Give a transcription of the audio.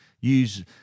Use